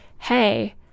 hey